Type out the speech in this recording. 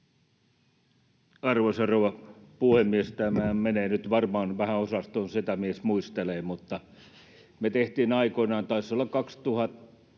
Arvoisa rouva puhemies! Tämä menee nyt varmaan vähän osastoon setämies muistelee, mutta me tehtiin aikoinaan, taisi olla 2012